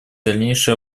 дальнейшее